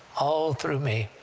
all through me,